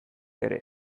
ere